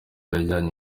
yajyanywe